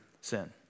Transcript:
sin